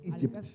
Egypt